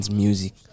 music